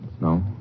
No